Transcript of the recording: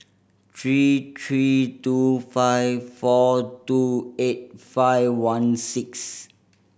three three two five four two eight five one six